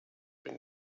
been